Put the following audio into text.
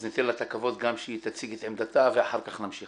אז ניתן לה את הכבוד גם שהיא תציג את עמדתה ואחר כך נמשיך.